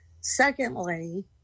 Secondly